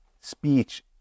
speech